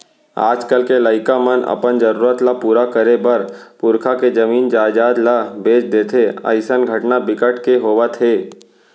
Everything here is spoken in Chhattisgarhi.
आजकाल के लइका मन अपन जरूरत ल पूरा करे बर पुरखा के जमीन जयजाद ल बेच देथे अइसन घटना बिकट के होवत हे